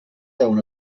deuen